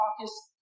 focus